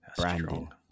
Branding